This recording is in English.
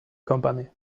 company